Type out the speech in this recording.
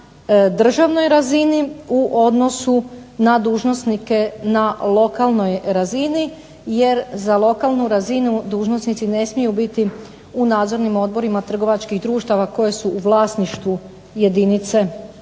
državnoj razini u odnosu na dužnosnike na lokalnoj razini. Jer za lokalnu razinu dužnosnici ne smiju biti u nadzornim odborima trgovačkih društava koje su u vlasništvu jedinice,